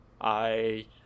I-